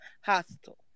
hostile